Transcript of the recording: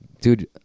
Dude